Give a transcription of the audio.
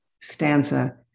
stanza